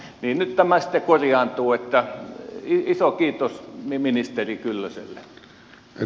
nyt tämä sitten korjaantuu niin että iso kiitos ministeri kyllöselle